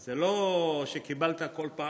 אז זה לא שקיבלת כל פעם,